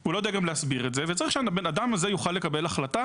אני לא אומר שזה לא קורה.